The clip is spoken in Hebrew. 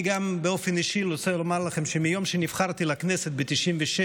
באופן אישי אני גם רוצה לומר לכם שמיום שנבחרתי לכנסת ב-1996,